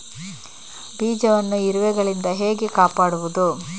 ಬೀಜವನ್ನು ಇರುವೆಗಳಿಂದ ಹೇಗೆ ಕಾಪಾಡುವುದು?